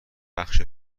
بخش